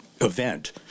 event